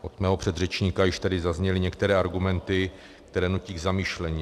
Od mého předřečníka již tady zazněly některé argumenty, které nutí k zamyšlení.